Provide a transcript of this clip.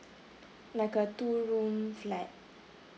like a two room flat